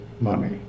money